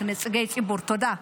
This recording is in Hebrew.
תודה.